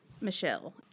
Michelle